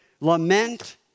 lament